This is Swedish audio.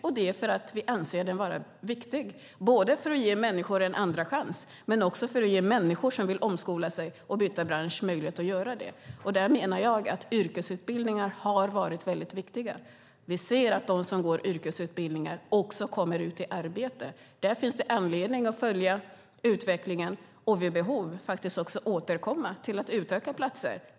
Det gör vi för att vi anser den vara viktig, både för att ge människor en andra chans och för att ge människor som vill omskola sig och byta bransch möjlighet att göra det. Där menar jag att yrkesutbildningar har varit viktiga. Vi ser att de som går yrkesutbildningar också kommer ut i arbete. Där finns det anledning att följa utvecklingen och vid behov också återkomma till att utöka antalet platser.